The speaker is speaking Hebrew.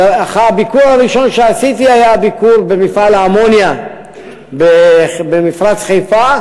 הביקור הראשון שעשיתי היה במפעל האמוניה במפרץ חיפה,